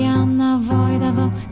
unavoidable